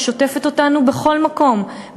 ששוטפת אותנו בכל מקום,